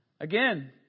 Again